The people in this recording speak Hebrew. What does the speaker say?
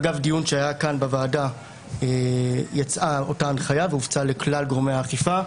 אגב דיון שהיה כאן בוועדה יצאה אותה הנחיה והופצה לכלל גורמי האכיפה.